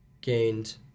gained